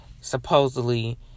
supposedly